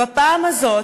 בפעם הזאת,